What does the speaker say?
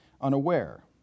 unaware